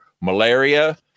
malaria